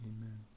Amen